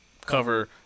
cover